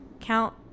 count